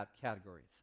categories